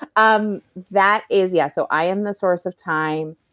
um that is, yes. so, i am the source of time,